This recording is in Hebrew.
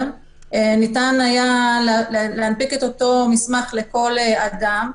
ניתן היה להנפיק את אותו מסמך לכל אדם,